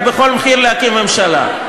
רק בכל מחיר להקים ממשלה.